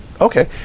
Okay